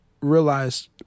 realize